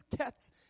cats